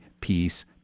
peace